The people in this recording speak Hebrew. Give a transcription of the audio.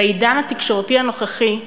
בעידן התקשורתי הנוכחי,